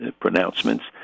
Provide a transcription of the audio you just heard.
pronouncements